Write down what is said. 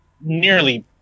nearly